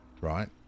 right